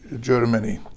Germany